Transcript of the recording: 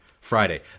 Friday